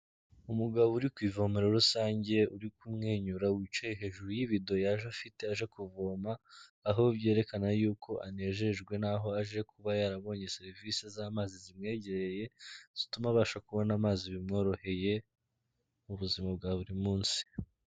Umugabo uri ku ivomero rusange, uri kumwenyura wicaye hejuru y'ibido yaje afite aje kuvoma, aho yerekana y'uko anejejwe n'aho aje kuba yarabonye serivisi z'amazi zimwegereye, zituma abasha kubona amazi bimworoheye mu buzima bwa buri munsi.